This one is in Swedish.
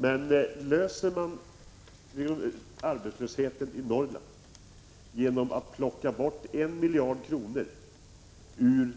Men löser man frågan om arbetslösheten i Norrland genom att plocka bort 1 miljard kronor från de